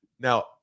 Now